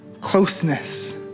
closeness